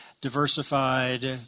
diversified